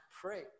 pray